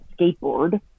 skateboard